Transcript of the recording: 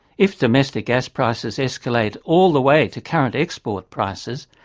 if domestic gas prices escalate all the way to current export prices,